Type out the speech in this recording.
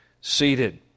seated